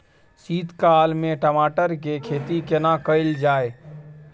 शीत काल में टमाटर के खेती केना कैल जाय?